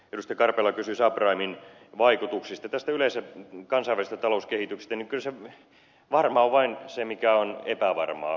karpela kysyi subprimen vaikutuksista tästä yleisestä kansainvälisestä talouskehityksestä niin kyllä varmaa on vain se mikä on epävarmaa